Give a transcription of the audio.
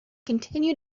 continue